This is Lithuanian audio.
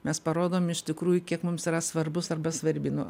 mes parodom iš tikrųjų kiek mums yra svarbus arba svarbi nu